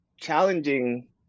challenging